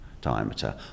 diameter